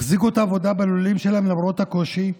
החזיקו את העבודה בלולים שלהם, למרות הקושי,